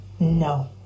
No